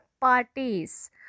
parties